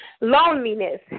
Loneliness